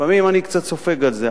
לפעמים אני קצת סופג על זה,